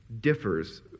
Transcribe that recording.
differs